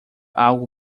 algo